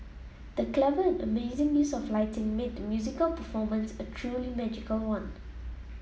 the clever and amazing use of lighting made the musical performance a truly magical one